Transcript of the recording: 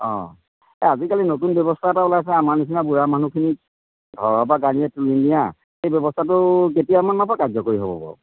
অঁ এই আজিকালি নতুন ব্যৱস্থা এটা ওলাইছে আমাৰ নিচিনা বুঢ়া মানুহখিনিক ঘৰৰ পৰা গাড়ীয়ে তুলি নিয়া সেই ব্যৱস্থাটো কেতিয়ামানৰ পৰা কাৰ্যকৰী হ'ব বাৰু